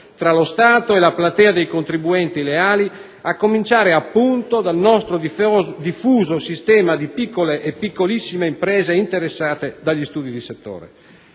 tra lo Stato e la platea dei contribuenti leali, a cominciare appunto dal nostro diffuso sistema di piccole e piccolissime imprese interessate dagli studi di settore.